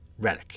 Redick